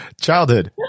Childhood